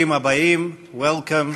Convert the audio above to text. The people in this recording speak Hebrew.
ברוכים הבאים, Welcome.